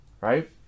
right